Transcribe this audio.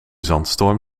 zandstorm